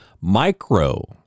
micro